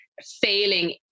failing